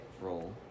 roll